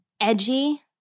edgy